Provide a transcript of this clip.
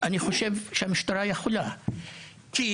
ויכולה להתמודד מול זה, ולמה אני אומר את זה?